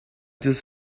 does